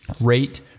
rate